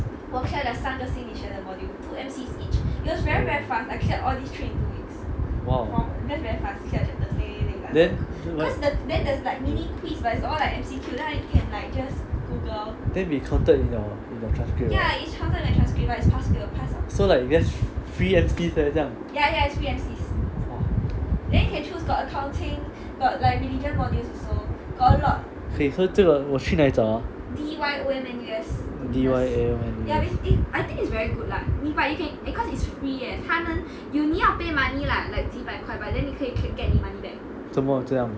!wow! then then will be counted in your class grade right so like you just free M_Cs leh 这样 !wah! 所以这个我去哪里找啊 D_Y_O_M N_U_S 怎么这样